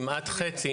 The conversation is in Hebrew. כמעט חצי